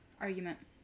Argument